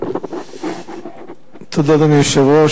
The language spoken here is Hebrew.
אדוני היושב-ראש,